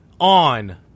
on